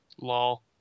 Lol